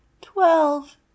twelve